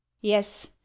yes